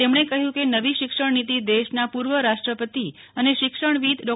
તેમણે કહ્યું કે નવી શીક્ષણનીતિ દેશના પૂર્વ રાષ્ટ્રપતિ અને શિક્ષણવિધ ડો